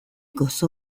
gozo